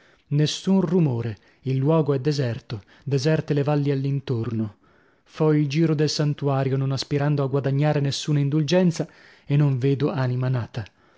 nessun rumore il luogo è deserto deserte le valli all'intorno fo il giro del santuario non aspirando a guadagnare nessuna indulgenza e non vedo anima nata